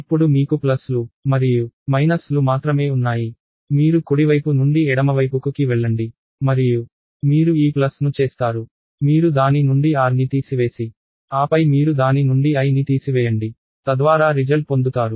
ఇప్పుడు మీకు ప్లస్లు మరియు మైనస్లు మాత్రమే ఉన్నాయి మీరు కుడివైపు నుండి ఎడమవైపుకు కి వెళ్లండి మరియు మీరు ఈ ప్లస్ను చేస్తారు మీరు దాని నుండి rని తీసివేసి ఆపై మీరు దాని నుండి i ని తీసివేయండి తద్వారా రిజల్ట్ పొందుతారు